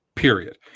period